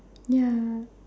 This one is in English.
ya